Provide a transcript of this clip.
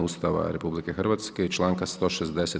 Ustava RH i članka 160.